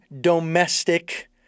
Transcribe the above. domestic